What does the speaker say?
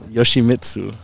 Yoshimitsu